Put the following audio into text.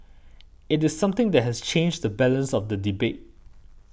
it is something that has changed the balance of the debate